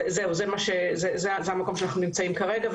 זהו המקום שאנחנו בו נמצאים כרגע.